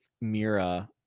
Mira